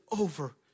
over